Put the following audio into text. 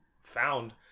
found